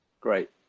Great